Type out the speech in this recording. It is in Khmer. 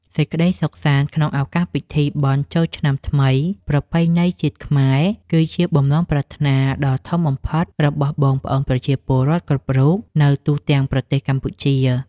សេចក្តីសុខសាន្តក្នុងឱកាសពិធីបុណ្យចូលឆ្នាំថ្មីប្រពៃណីជាតិខ្មែរ គឺជាបំណងប្រាថ្នាដ៏ធំបំផុតរបស់បងប្អូនប្រជាពលរដ្ឋគ្រប់រូបនៅទូទាំងប្រទេសកម្ពុជា។